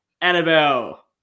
Annabelle